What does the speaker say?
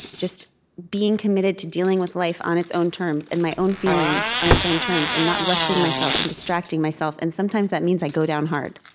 just being committed to dealing with life on its own terms and my own feelings on its own terms and not rushing myself and distracting myself and sometimes that means i go down hard.